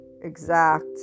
exact